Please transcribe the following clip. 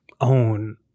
own